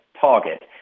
target